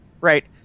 right